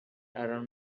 around